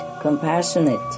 compassionate